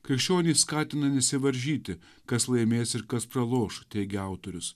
krikščionį skatina nesivaržyti kas laimės ir kas praloš teigia autorius